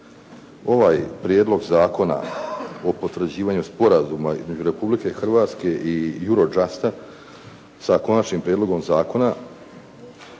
ovaj Prijedlog zakona o potvrđivanju sporazuma između Republike Hrvatske i Eurojust-a sa Konačnim prijedlogom zakona